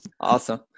awesome